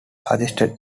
suggested